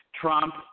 Trump